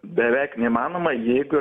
beveik neįmanoma jeigu